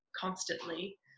constantly